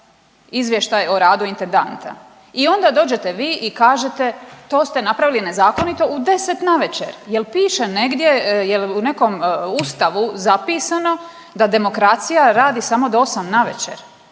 izvještaj o radu intendanta i onda dođete vi i kažete, to ste napravili nezakonito u 10 navečer. Je l' piše negdje, je li u nekom ustavu zapisano da demokracija radi samo do 8 navečer?